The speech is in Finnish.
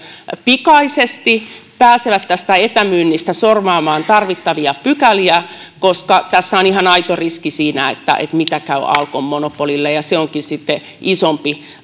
pikaisesti pääsevät tästä etämyynnistä sorvaamaan tarvittavia pykäliä koska tässä on ihan aito riski että miten käy alkon monopolille ja se onkin sitten isompi